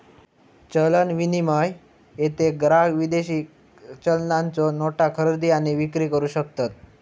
चलन विनिमय, जेथे ग्राहक विदेशी चलनाच्यो नोटा खरेदी आणि विक्री करू शकतत